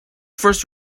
first